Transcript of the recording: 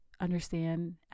understand